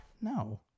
No